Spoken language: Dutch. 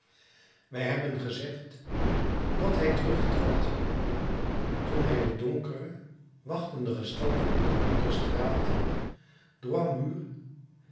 wij hebben gezegd dat hij terugtrad toen hij de donkere wachtende gestalte aan den hoek der straten droit mur